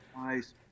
Nice